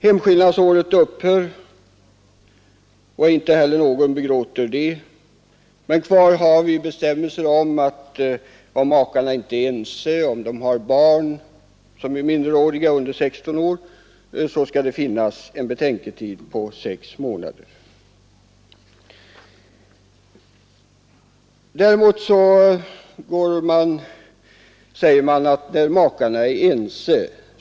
Hemskillnadsåret upphör, och ingen begråter heller detta, men kvar har vi bestämmelsen om att det — om makarna inte är ense eller om de har barn under 16 år — skall finnas en betänketid på 6 månader. Däremot behövs ingen betänketid när makarna är ense.